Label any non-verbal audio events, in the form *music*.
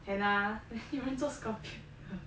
!hanna! 你们做 sculpture *laughs*